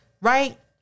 right